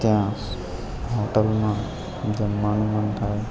ત્યાં હોટલમાં જમવાનું મન થાય